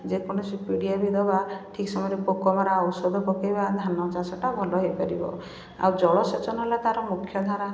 ଯେକୌଣସି ପିଡ଼ିଆ ବି ଦେବା ଠିକ ସମୟରେ ପୋକ ମରା ଔଷଧ ପକେଇବା ଧାନ ଚାଷଟା ଭଲ ହେଇପାରିବ ଆଉ ଜଳ ସେଚନ ହେଲା ତାର ମୁଖ୍ୟ ଧାରା